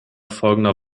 folgender